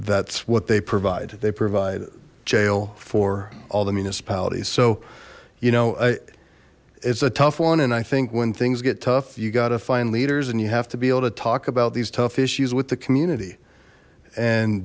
that's what they provide they provide jail for all the municipalities so you know i it's a tough one and i think when things get tough you gotta find leaders and you have to be able to talk about these tough issues with the community and